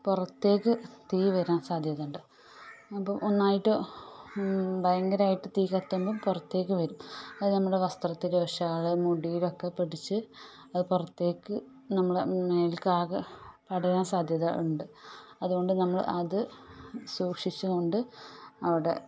പുറത്തേക്ക് തീ വരാൻ സാധ്യതയുണ്ട് അപ്പോൾ ഒന്നായിട്ട് ഭയങ്കരായിട്ട് തീ കത്തുമ്പോൾ പുറത്തേക്ക് വരും അത് നമ്മുടെ വസ്ത്രത്തിലോ ഷാൾ മുടിയിലൊക്കെ പിടിച്ച് അത് പുറത്തേക്ക് നമ്മളെ മേലാകെ പടരാൻ സാധ്യത ഉണ്ട് അതു കൊണ്ട് നമ്മൾ അത് സൂക്ഷിച്ചു കൊണ്ട് അവിടെ